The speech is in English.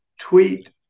tweet